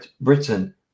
Britain